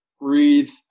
breathe